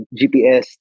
GPS